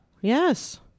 Yes